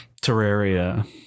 Terraria